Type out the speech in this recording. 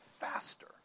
faster